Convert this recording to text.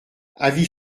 avis